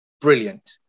Brilliant